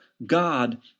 God